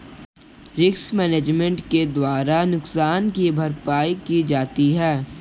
risk management के द्वारा नुकसान की भरपाई की जाती है